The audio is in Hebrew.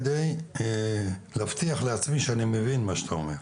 על מנת להבטיח לעצמי שאני מבין מה שאתה אומר,